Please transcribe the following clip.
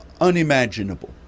unimaginable